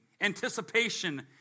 anticipation